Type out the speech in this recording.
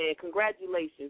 Congratulations